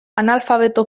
analfabeto